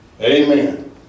Amen